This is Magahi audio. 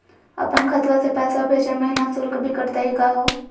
अपन खतवा से पैसवा भेजै महिना शुल्क भी कटतही का हो?